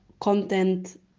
content